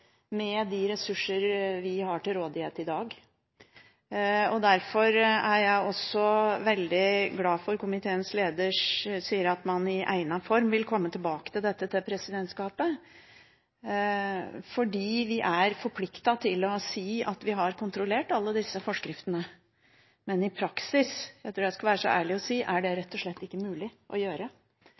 med de ressurser vi har til rådighet i dag. Derfor er jeg også veldig glad for at komiteens leder sier at man i egnet form vil komme tilbake med dette til presidentskapet. Vi er forpliktet til å si at vi har kontrollert alle disse forskriftene, men i praksis – jeg tror jeg skal være så ærlig å si det – er det rett og slett ikke mulig å gjøre.